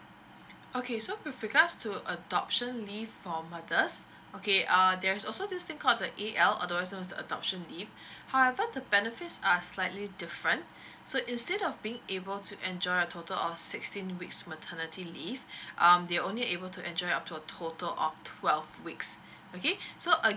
okay so with regards to adoption leave for mothers okay err there's also this thing called the A_L otherwise known as the adoption leave however the benefits are slightly different so instead of being able to enjoy a total of sixteen weeks maternity leave um they will only able to enjoy up to a total of twelve weeks okay so again